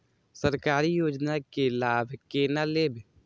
सरकारी योजना के लाभ केना लेब?